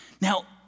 Now